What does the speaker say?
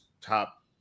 top